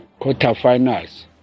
quarterfinals